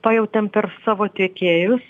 pajautėm per savo tiekėjus